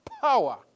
power